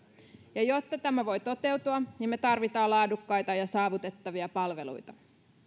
jotta tämä voi toteutua me tarvitsemme laadukkaita ja saavutettavia palveluita